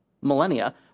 millennia